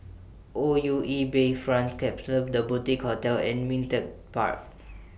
O U E Bayfront Klapsons The Boutique Hotel and Ming Teck Park